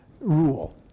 rule